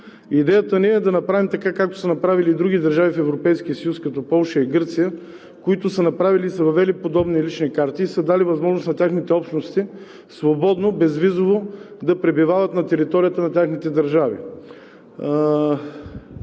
Идеята ни е да направим така, както са направили други държави в Европейския съюз, като Полша и Гърция, които са въвели подобни лични карти и са дали възможност на техните общности свободно, безвизово да пребивават на територията на техните държави.